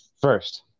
first